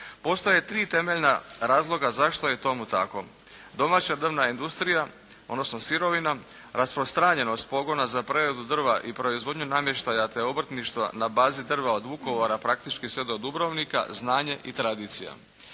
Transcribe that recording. Postoje tri temeljna razloga zašto je tomu tako. Domaća drvna industrija, odnosno sirovina, rasprostranjenost pogona za preradu drva i proizvodnju namještaja, te obrtništva na bazi drva od Vukovara praktički sve do Dubrovnika, znanje i tradicija.